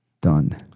Done